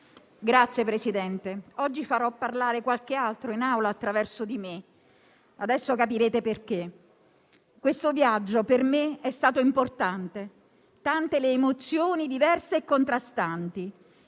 Signora Presidente, oggi farò parlare qualcun altro in Aula attraverso di me. Adesso capirete perché. «Questo viaggio per me è stato importante: tante le emozioni diverse e contrastanti.